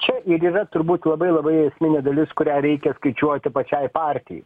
čia ir yra turbūt labai labai esminė dalis kurią reikia skaičiuoti pačiai partijai